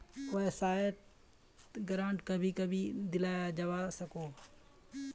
वाय्सायेत ग्रांट कभी कभी दियाल जवा सकोह